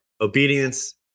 Obedience